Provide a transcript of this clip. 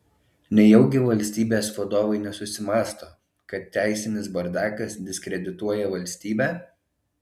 nejaugi valstybės vadovai nesusimąsto kad teisinis bardakas diskredituoja valstybę